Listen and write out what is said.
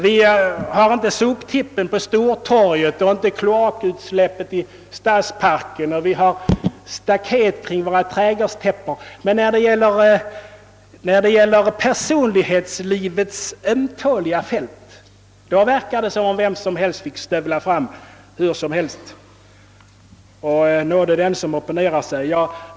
Vi har inte soptippen på Stortorget och inte kloakutsläpp i Stadsparken. Vi har staket kring våra trädgårdstäppor. Men när det gäller personlighetslivets ömtåliga fält verkar det som om vem som helst fick stövla fram hur som helst. Och nåde den som opponerar sig!